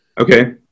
Okay